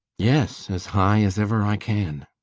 yes, as high as ever i can.